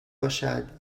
باشد